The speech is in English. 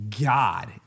God